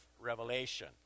revelation